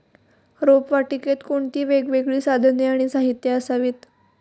रोपवाटिकेत कोणती वेगवेगळी साधने आणि साहित्य असावीत?